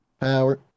Power